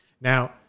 Now